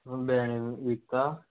भेणें विकता